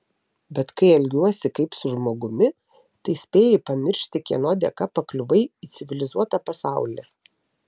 bet kai elgiuosi kaip su žmogumi tai spėjai pamiršti kieno dėka pakliuvai į civilizuotą pasaulį